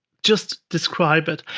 just describe it.